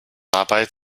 dabei